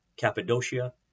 Cappadocia